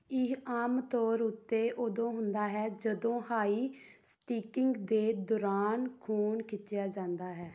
ਇਹ ਆਮ ਤੌਰ ਉੱਤੇ ਉਦੋਂ ਹੁੰਦਾ ਹੈ ਜਦੋਂ ਹਾਈ ਸਟਿਕਿੰਗ ਦੇ ਦੌਰਾਨ ਖੂਨ ਖਿੱਚਿਆ ਜਾਂਦਾ ਹੈ